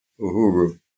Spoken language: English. Uhuru